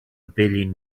billion